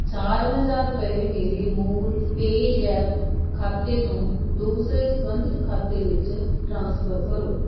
ਚਾਰ ਹਜ਼ਾਰ ਰੁਪਏ ਮੇਰੇ ਮੂਲ ਪੇਜ਼ੈਪ ਖਾਤੇ ਤੋਂ ਦੂਸਰੇ ਸੰਬੰਧਿਤ ਖਾਤੇ ਵਿੱਚ ਟ੍ਰਾਂਸਫਰ ਕਰੋ